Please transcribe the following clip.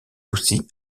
aussi